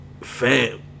Fam